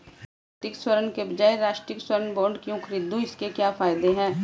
मैं भौतिक स्वर्ण के बजाय राष्ट्रिक स्वर्ण बॉन्ड क्यों खरीदूं और इसके क्या फायदे हैं?